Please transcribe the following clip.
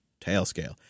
Tailscale